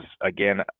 again